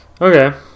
Okay